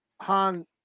Han